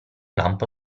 lampo